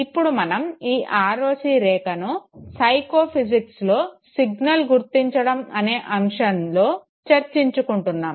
ఇప్పుడు మనం ఈ ROC రేఖను సైకోఫిజిక్స్లో సిగ్నల్ గుర్తించడం అనే అంశంలో చర్చించుకుంటున్నాము